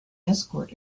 escort